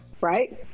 right